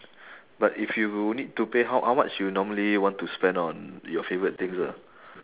but if you need to pay how how much you normally want to spend on your favourite things ah